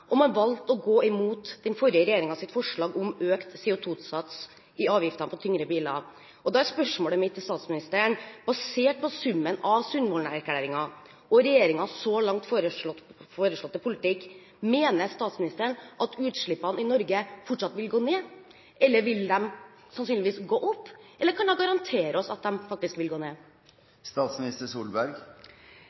og økt tempo i samferdselsutbyggingen, og man valgte å gå imot den forrige regjeringens forslag om økt CO2-sats i avgiften på tyngre biler. Da er spørsmålet mitt til statsministeren – basert på summen av Sundvolden-erklæringen og regjeringens foreslåtte politikk så langt: Mener statsministeren at utslippene i Norge fortsatt vil gå ned, eller at de sannsynligvis vil gå opp, eller kan hun garantere at de faktisk vil gå